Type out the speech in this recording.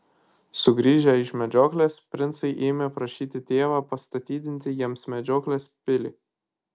sugrįžę iš medžioklės princai ėmė prašyti tėvą pastatydinti jiems medžioklės pilį